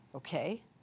Okay